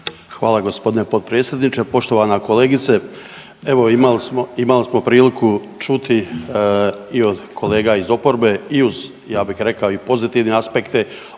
Hvala gospodine potpredsjedniče. Poštovana kolegice evo imali smo, imali smo priliku čuti i od kolega iz oporbe i uz ja bih rekao i pozitivne aspekte